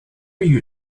you